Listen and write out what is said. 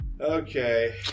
Okay